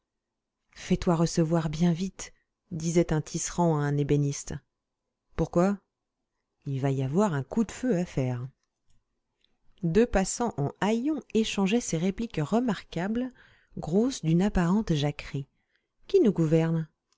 fais-toi recevoir bien vite disait un tisserand à un ébéniste pourquoi il va y avoir un coup de feu à faire deux passants en haillons échangeaient ces répliques remarquables grosses d'une apparente jacquerie qui nous gouverne